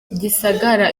gisagara